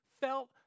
felt